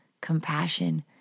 compassion